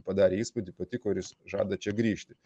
padarė įspūdį patiko ir jis žada čia grįžti